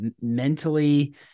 mentally